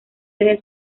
desde